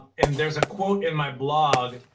and there's a quote in my blog,